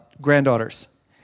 granddaughters